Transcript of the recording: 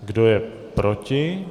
Kdo je proti?